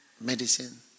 medicine